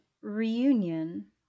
reunion